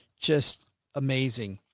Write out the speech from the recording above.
just amazing.